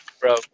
Bro